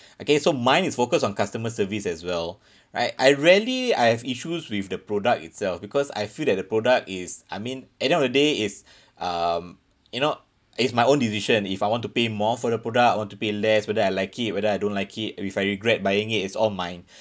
okay so mine is focused on customer service as well right I rarely I have issues with the product itself because I feel that the product is I mean at the end of the day is um you know it's my own decision if I want to pay more for the product I want to pay less whether I like it whether I don't like it if I regret buying it it's all mine